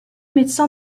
médecin